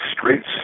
Streets